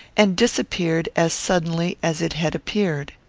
and disappeared as suddenly as it had appeared.